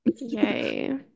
Yay